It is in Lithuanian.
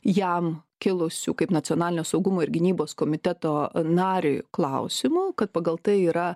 jam kilusių kaip nacionalinio saugumo ir gynybos komiteto nariui klausimų kad pagal tai yra